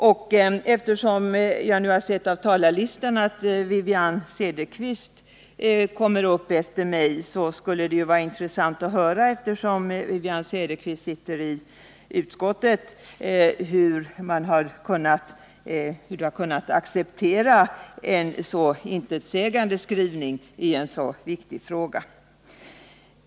Nu har jag sett av talarlistan att Wivi-Anne Cederqvist kommer upp i talarstolen efter mig, och det skulle vara intressant att höra — eftersom Wivi-Anne Cederqvist sitter i utskottet — hur hon har kunnat acceptera en så intetsägande skrivning i en så viktig fråga.